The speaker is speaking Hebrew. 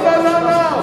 לא לא לא.